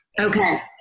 Okay